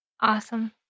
awesome